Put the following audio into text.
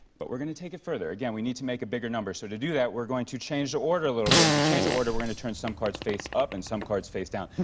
but we're gonna take it further. again, we need to make a bigger number. so, to do that, we're going to change the order a little bit. and to change the order, we're going to turn some cards faceup and some cards facedown.